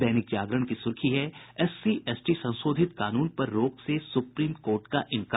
दैनिक जागरण की सुर्खी है एससी एसटी संशोधित कानून पर रोक से सुप्रीम कोर्ट का इंकार